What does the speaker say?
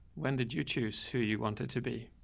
when did you choose who you wanted to be?